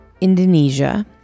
Indonesia